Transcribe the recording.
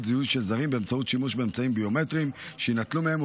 זהות של זרים באמצעות שימוש באמצעים ביומטריים שיינטלו מהם,